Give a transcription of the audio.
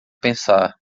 pensar